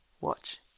Watch